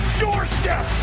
doorstep